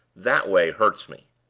that way hurts me.